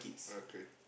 okay